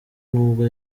n’ubwo